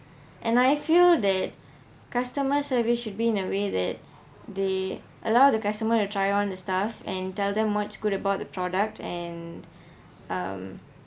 and I feel that customer service should be in a way that they allow the customer to try on the stuff and tell them what's good about the product and um